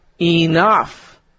enough